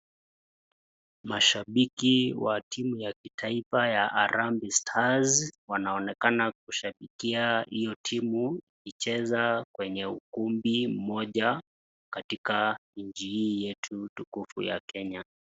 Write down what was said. Mashambiki wa timu ya kitaifa ya Harambee Stars wanaonekana kushambikia hiyo timu ikicheza kwenye ukumbi mmoja katika nchi hii yetu tukufu ya Kenya.